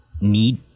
need